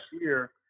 year